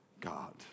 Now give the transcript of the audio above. God